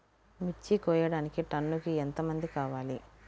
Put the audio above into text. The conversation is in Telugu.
మిర్చి కోయడానికి టన్నుకి ఎంత మంది కావాలి?